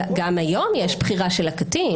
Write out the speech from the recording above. גם היום יש בחירה של הקטין.